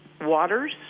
waters